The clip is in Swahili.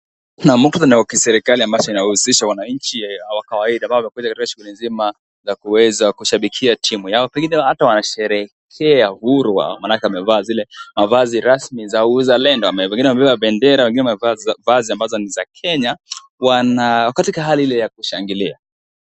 Muktadha ni wa kiserikali ambacho kinahusisha wananchi wa kawaida ambao na generation mzima na kuweza kushabikia timu yao. Pengine ata wanasherehekea uhuru wao maanake wamevaa zile mavazi rasmi za uzalendo, wengine wamebeba bendera, wengine vitambaa ambazo ni za Kenya. Wana katika ile hali ya kushangilia.